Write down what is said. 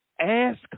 ask